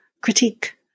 critique